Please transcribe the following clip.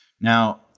Now